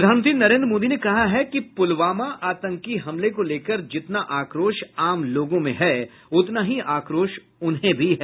प्रधानमंत्री नरेन्द्र मोदी ने कहा है कि पुलवामा आतंकी हमले को लेकर जितना आक्रोश आम लोगों में है उतना ही आक्रोश उन्हें भी है